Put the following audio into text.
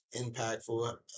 impactful